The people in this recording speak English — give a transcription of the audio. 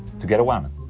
to get a woman?